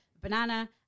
banana